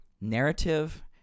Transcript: narrative